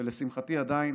ולשמחתי עדיין.